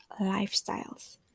lifestyles